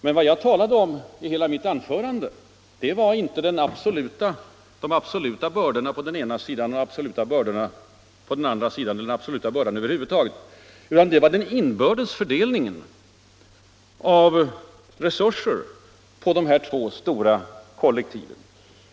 Men vad jag talade om i hela mitt anförande var inte de absoluta bördorna på ena sidan och de absoluta bördorna på den andra sidan eller den absoluta bördan över huvud taget, utan det var om den inbördes fördelningen av resurser mellan de två stora kollektiven.